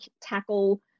tackle